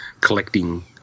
collecting